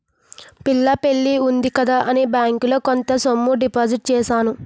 పిల్ల పెళ్లి ఉంది కదా అని బ్యాంకులో కొంత సొమ్ము డిపాజిట్ చేశాను